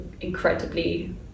incredibly